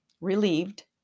relieved